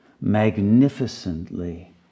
Magnificently